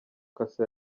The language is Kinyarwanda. cassa